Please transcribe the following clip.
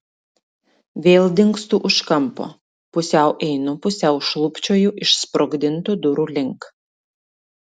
vėl dingstu už kampo pusiau einu pusiau šlubčioju išsprogdintų durų link